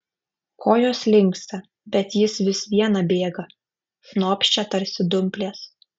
kojos linksta bet jis vis viena bėga šnopščia tarsi dumplės